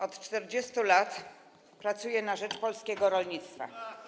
Od 40 lat pracuję na rzecz polskiego rolnictwa.